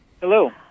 Hello